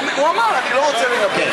והוא אמר לה: אני לא רוצה לדבר.